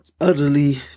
utterly